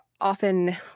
often